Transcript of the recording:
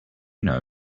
know